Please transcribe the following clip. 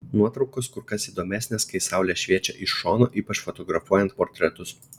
nuotraukos kur kas įdomesnės kai saulė šviečia iš šono ypač fotografuojant portretus